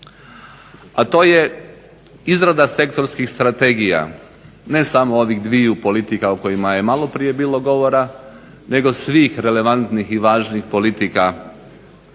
a to je izrada sektorskih strategija, ne samo ovih dviju politika o kojima je maloprije bilo govora nego svih relevantnih i važnih politika,